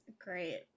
great